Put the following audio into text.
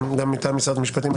גם מטעם משרד המשפטים,